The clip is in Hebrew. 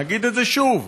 נגיד את זה שוב: